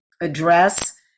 address